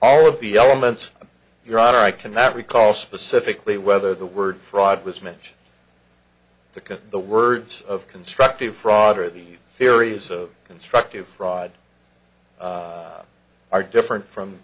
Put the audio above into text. all of the elements your honor i cannot recall specifically whether the word fraud was mentioned to the words of constructive fraud or the theories of constructive fraud are different from